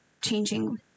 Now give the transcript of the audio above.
changing